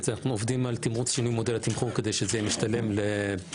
ואנחנו עובדים של שינוי מודל התמרוץ כדי שזה יהיה משתלם למרפאות,